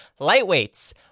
lightweights